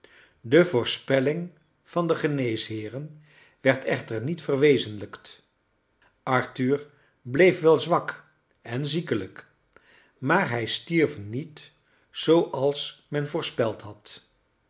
de voorspelling van de geneesheeren werd echter niet verwezenlijkt arthur bleef wel zwak en ziekelijk maar hij stierf niet zooals men voorspeld had